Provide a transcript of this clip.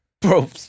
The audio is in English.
Bro